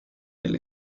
del